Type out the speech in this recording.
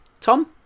Tom